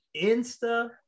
Insta